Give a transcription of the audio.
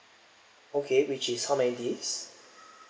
okay which is how many days